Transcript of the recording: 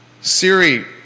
Siri